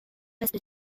reste